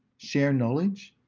share knowledge,